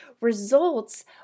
results